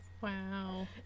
Wow